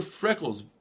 freckles